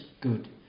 good